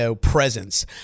presence